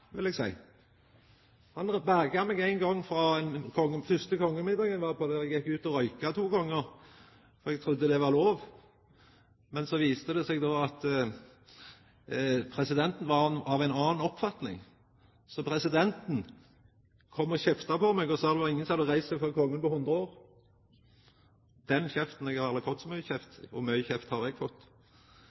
vil eg seia! Han berga meg ein gong, på den første kongemiddagen eg var på, då eg gjekk ut og røykte to gonger. Eg trudde det var lov. Så viste det seg at presidenten var av ei anna oppfatning. Presidenten kom og kjefta på meg og sa at det var ingen som hadde reist seg før kongen på 100 år. Den kjeften! Eg har aldri fått så mykje kjeft før – og mykje kjeft har eg fått!